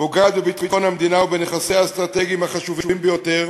פוגעת בביטחון המדינה ובנכסיה האסטרטגיים החשובים ביותר,